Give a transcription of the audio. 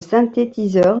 synthétiseur